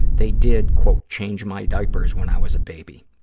they did, quote, change my diapers when i was a baby,